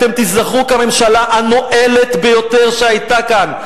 אתם תיזכרו כממשלה הנואלת ביותר שהיתה כאן.